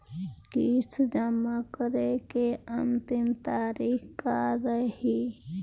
किस्त जमा करे के अंतिम तारीख का रही?